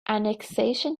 annexation